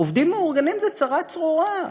עובדים מאורגנים זה צרה צרורה.